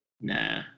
Nah